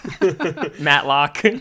Matlock